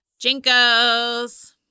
Jinkos